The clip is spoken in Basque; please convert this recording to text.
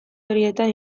horietan